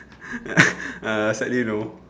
ah sadly no